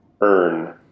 earn